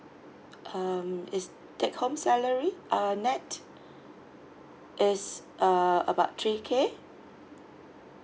um is take home salary uh nett is uh about three K